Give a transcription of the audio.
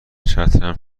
چترم